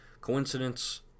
Coincidence